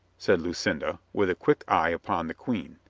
said lucinda, with a quick eye upon the queen,